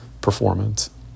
performance